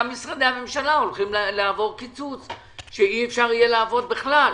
וגם משרדי הממשלה הולכים לעבור קיצוץ כך שאי אפשר יהיה לעבוד בכלל.